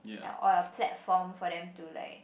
held or like a platform for them to like